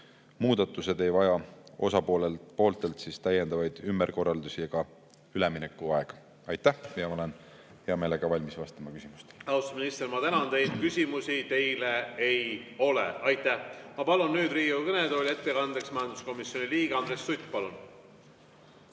Muudatused ei vaja osapooltelt täiendavaid ümberkorraldusi ega üleminekuaega. Aitäh! Ma olen hea meelega valmis vastama küsimustele. Austatud minister, ma tänan teid. Küsimusi teile ei ole. Ma palun nüüd Riigikogu kõnetooli ettekandeks majanduskomisjoni liikme Andres Suti. Palun!